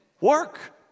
work